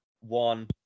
one